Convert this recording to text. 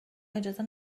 اجازه